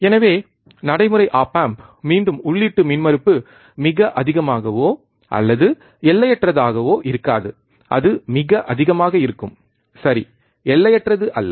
எனவே நடைமுறை op amp மீண்டும் உள்ளீட்டு மின்மறுப்பு மிக அதிகமாகவோ அல்லது எல்லையற்றதாகவோ இருக்காது அது மிக அதிகமாக இருக்கும் சரி எல்லையற்றது அல்ல